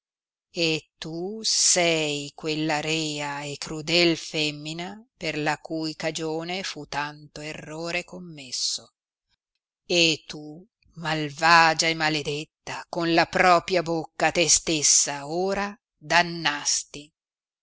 e tu sei quella rea e crudel femmina per la cui cagione fu tanto errore commesso e tu malvagia e maladetta con la propia bocca te stessa ora dannasti